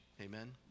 Amen